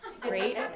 great